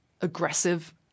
aggressive